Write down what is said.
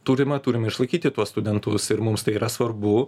turime turime išlaikyti tuos studentus ir mums tai yra svarbu